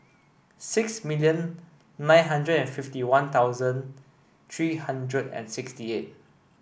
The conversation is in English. six million nine hundred and fifty one thousand three hundred and sixty eight